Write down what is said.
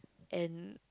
and